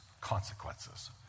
consequences